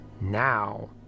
now